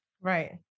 Right